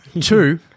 Two